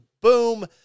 boom